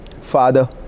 Father